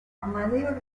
amadeo